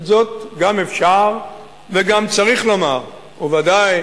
את זאת גם אפשר וגם צריך לומר, וודאי